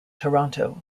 toronto